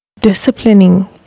disciplining